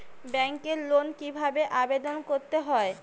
ব্যাংকে লোন কিভাবে আবেদন করতে হয়?